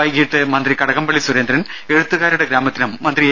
വൈകീട്ട് മന്ത്രി കടകംപള്ളി സുരേന്ദ്രൻ എഴുത്തുകാരുടെ ഗ്രാമത്തിനും മന്ത്രി എ